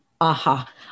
aha